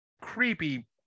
creepy